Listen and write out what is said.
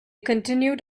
continued